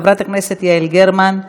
חברת הכנסת יעל גרמן,